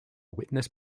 witness